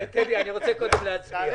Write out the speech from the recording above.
זה הנושא שבעצם מעסיק לא יוכל להעלות שכר בכירים